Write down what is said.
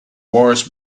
wars